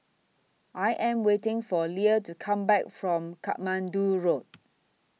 I Am waiting For Lea to Come Back from Katmandu Road